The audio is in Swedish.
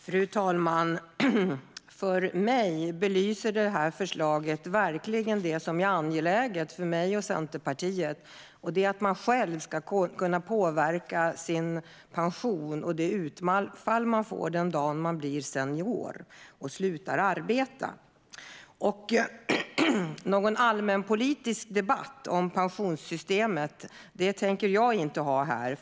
Fru talman! För mig belyser förslaget verkligen det som är angeläget för mig och Centerpartiet. Det är att man själv ska kunna påverka sin pension och det utfall man får den dagen man blir senior och slutar arbeta. Någon allmänpolitisk debatt om pensionssystemet tänker jag inte ha här.